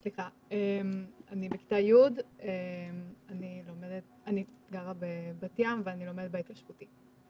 בכיתה י', אני גרה בבת ים ואני לומדת בהתיישבותי.